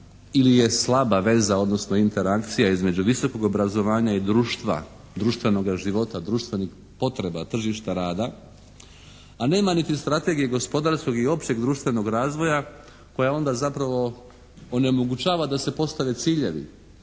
ili je slaba veza odnosno interakcija između visokog obrazovanja i društva, društvenoga života, društvenih potreba tržišta rada, a nema niti strategije gospodarskog i općeg društvenog razvoja koja onda zapravo onemogućava da se postave ciljevi.